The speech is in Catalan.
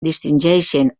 distingeixen